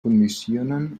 condicionen